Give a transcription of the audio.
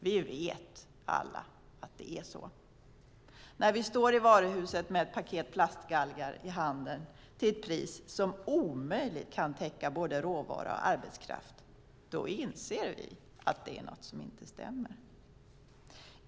Vi vet alla att det är så. När vi står i varuhuset med ett paket plastgalgar i handen till ett pris som omöjligt kan täcka både råvara och arbetskraft inser vi att något inte stämmer.